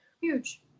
Huge